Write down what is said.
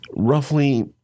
Roughly